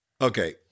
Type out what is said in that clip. Okay